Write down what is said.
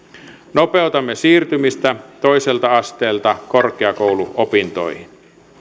nopeutamme siirtymistä toiselta asteelta korkeakouluopintoihin